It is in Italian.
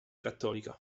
cattolica